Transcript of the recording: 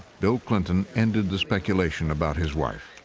bill clinton ended the speculation about his wife.